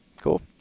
Cool